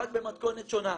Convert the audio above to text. רק במתכונת שונה.